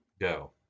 go